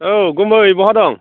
औ गुमै बहा दं